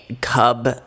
cub